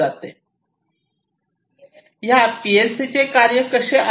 हे पीएलसीचे कार्य कसे आहे